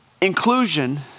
Inclusion